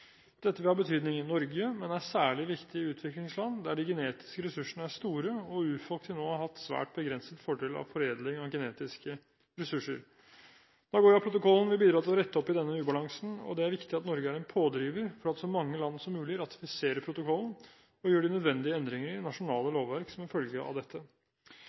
Dette vil ha betydning i Norge, men er særlig viktig i utviklingsland der de genetiske ressursene er store og urfolk til nå har hatt svært begrenset fordel av foredling av genetiske ressurser. Nagoya-protokollen vil bidra til å rette opp i denne ubalansen, og det er viktig at Norge er en pådriver for at så mange land som mulig ratifiserer protokollen og gjør de nødvendige endringer i nasjonale lovverk som en følge av dette.